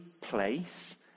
place